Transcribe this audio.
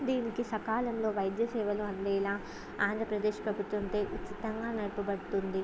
దీనికి సకాలంలో వైద్య సేవలు అందేలా ఆంధ్రప్రదేశ్ ప్రభుత్వంచే ఉచితంగా నడపబడుతుంది